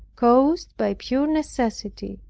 caused by pure necessity,